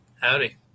Howdy